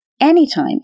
anytime